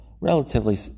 relatively